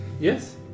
Yes